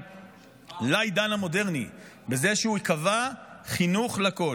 לעידן המודרני בזה שהוא קבע חינוך לכול,